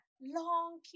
long